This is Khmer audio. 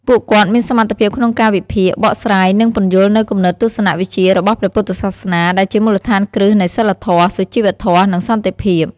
ពួកគាត់មានសមត្ថភាពក្នុងការវិភាគ បកស្រាយ និងពន្យល់នូវគំនិតទស្សនវិជ្ជារបស់ព្រះពុទ្ធសាសនា ដែលជាមូលដ្ឋានគ្រឹះនៃសីលធម៌ សុជីវធម៌ និងសន្តិភាព។